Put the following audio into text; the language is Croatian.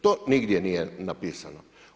To nigdje nije napisano.